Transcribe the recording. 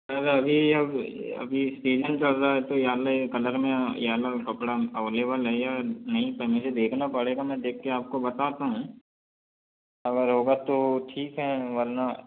अगर अभी अब अब ये सीज़न चल रहा है तो येलो कलर में येलो कपड़ा अवेलेबल नहीं है नहीं पर मुझे देखना पड़ेगा मैं देख कर आपको बताता हूँ अगर होगा तो ठीक है वरना